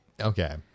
Okay